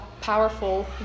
powerful